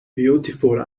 beautiful